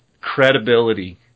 credibility